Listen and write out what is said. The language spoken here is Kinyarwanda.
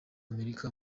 amerika